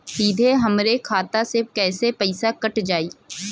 सीधे हमरे खाता से कैसे पईसा कट जाई?